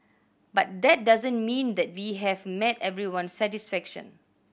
but that doesn't mean that we have met everyone's satisfaction